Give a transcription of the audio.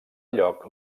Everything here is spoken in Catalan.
lloc